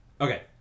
Okay